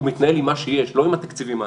הוא מתנהל עם מה שיש, לא עם התקציבים העתידיים.